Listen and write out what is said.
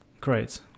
Great